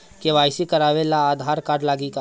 KYC करावे ला Aadhaar card लागी का?